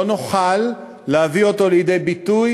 לא נוכל להביא אותו לידי ביטוי